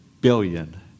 billion